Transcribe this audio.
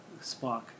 Spock